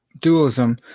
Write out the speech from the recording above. dualism